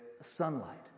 sunlight